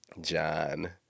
John